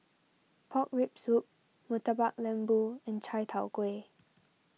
Pork Rib Soup Murtabak Lembu and Chai Tow Kuay